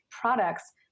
products